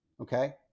Okay